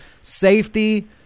safety